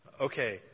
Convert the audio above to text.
Okay